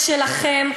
בשלכם,